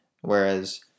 Whereas